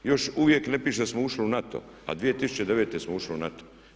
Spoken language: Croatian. Još uvijek ne piše da smo ušli u NATO a 2009. smo ušli u NATO.